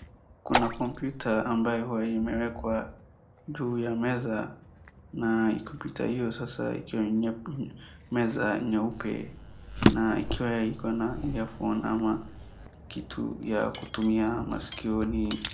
Kuna kompyuta ambayo huwa imewekwa juu ya meza na kompyuta hiyo sasa ikiwa meza nyeupe na ikiwa iko na earphone ama kitu ya kutumia maskioni.